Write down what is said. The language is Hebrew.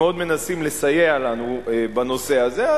שמאוד מנסים לסייע לנו בנושא הזה.